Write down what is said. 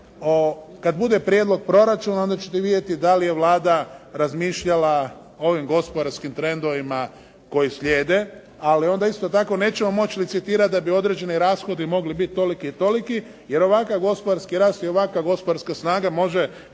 Kad bude prijedlog proračuna, onda ćete vidjeti da li je Vlada razmišljala o ovim gospodarskim trendovima koji slijede, ali onda isto tako nećemo moći licitirati da bi određeni rashodi mogli biti toliko i toliko jer ovakav gospodarski rast i ovakva gospodarska snaga može